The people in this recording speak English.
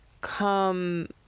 come